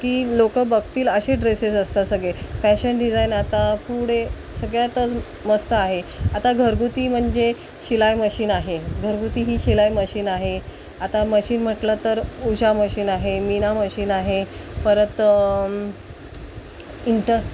की लोक बघतील असे ड्रेसेस असतात सगळे फॅशन डिझायन आता पुढे सगळ्यातच मस्त आहे आता घरगुती म्हणजे शिलाई मशीन आहे घरगुती ही शिलाई मशीन आहे आता मशीन म्हटलं तर उशा मशीन आहे मीना मशीन आहे परत इंटर